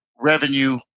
revenue